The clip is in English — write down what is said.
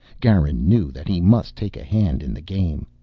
garin knew that he must take a hand in the game.